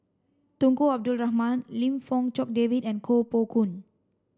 Tunku Abdul Rahman Lim Fong Jock David and Koh Poh Koon